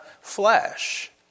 flesh